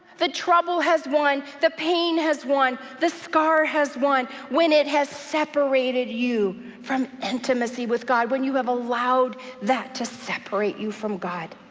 the trouble has won, the pain has won, the scar has won when it has separated you from intimacy with god, when you have allowed that to separate you from god,